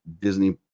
Disney